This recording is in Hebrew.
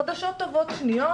חדשות טובות שניות